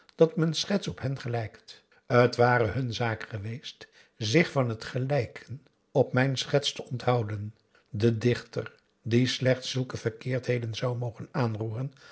dat m'n schets op hen gelijkt t ware hun zaak geweest zich van t gelijken op mijn schets te onthouden de dichter die slechts zulke verkeerdheden zou mogen aanroeren